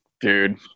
dude